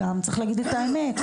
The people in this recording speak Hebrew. צריך להגיד את האמת.